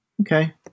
Okay